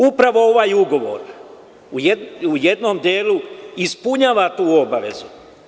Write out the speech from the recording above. Upravo ovaj ugovor u jednom delu ispunjava tu obavezu.